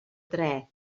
dre